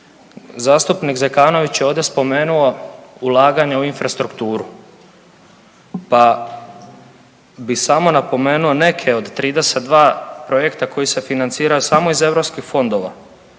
Zastupnik Zekanović je ovdje spomenuo ulaganja u infrastrukturu, pa bi samo napomenuo neke od 32 projekta koji se financiraju samo iz europskih fondova